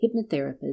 hypnotherapist